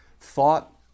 thought